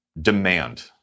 demand